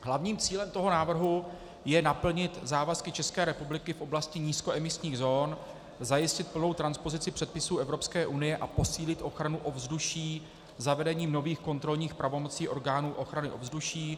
Hlavním cílem návrhu je naplnit závazky České republiky v oblasti nízkoemisních zón, zajistit plnou transpozici předpisů Evropské unie a posílit ochranu ovzduší zavedením nových kontrolních pravomocí orgánů ochrany ovzduší.